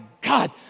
God